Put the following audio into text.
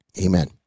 amen